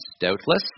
doubtless